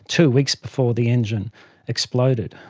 two weeks before the engine exploded.